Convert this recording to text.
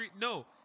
No